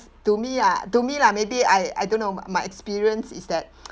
to me ah to me lah maybe I I don't know my experience is that